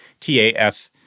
TAF